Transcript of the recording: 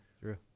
True